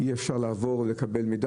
אי אפשר לעבור לקבל מידע,